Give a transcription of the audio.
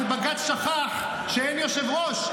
אבל בג"ץ שכח שאין יושב-ראש.